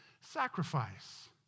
sacrifice